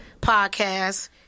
Podcast